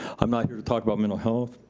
i'm not talking about mental health,